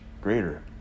greater